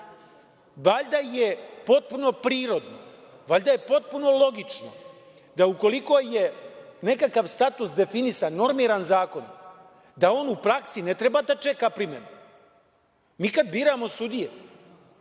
RGZ-u. Valjda je potpuno prirodno, valjda je potpuno logično, da ukoliko je nekakav status definisan, normiran zakonom, da on u praksi ne treba da čeka primenu. Mi kada biramo sudije,